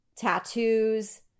tattoos